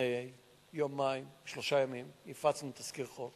לפני יומיים, שלושה ימים, הפצנו תזכיר חוק